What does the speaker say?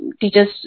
teacher's